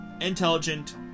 intelligent